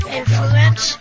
influence